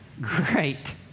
Great